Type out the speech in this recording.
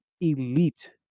elite